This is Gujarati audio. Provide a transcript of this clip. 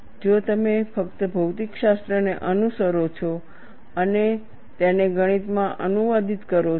જો તમે ફક્ત ભૌતિકશાસ્ત્રને અનુસરો છો અને તેને ગણિતમાં અનુવાદિત કરો છો